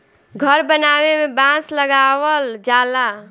घर बनावे में बांस लगावल जाला